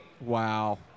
Wow